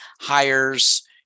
hires